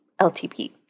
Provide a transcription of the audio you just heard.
LTP